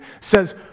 says